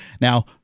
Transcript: Now